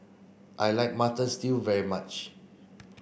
I like mutton stew very much